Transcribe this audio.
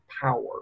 power